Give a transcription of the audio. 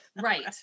Right